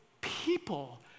people